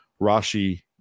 Rashi